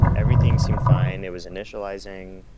everything seemed fine. it was initializing,